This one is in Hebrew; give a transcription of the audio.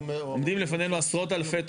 עומדים לפנינו עשרות אלפי תושבים.